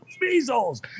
measles